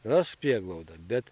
ras prieglaudą bet